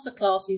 masterclasses